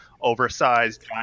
oversized